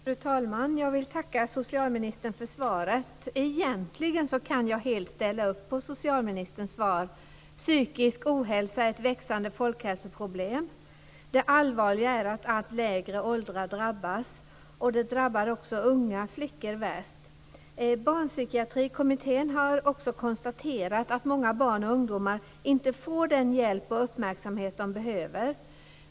Fru talman! Jag vill tacka socialministern för svaret. Egentligen kan jag helt ställa upp på socialministerns svar. Psykisk ohälsa är ett växande folkhälsoproblem. Det allvarliga är att allt lägre åldrar drabbas. Det drabbar också unga flickor värst. Barnpsykiatrikommittén har också konstaterat att många barn och ungdomar inte får den hjälp och uppmärksamhet de behöver.